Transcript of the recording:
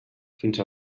fins